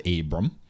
Abram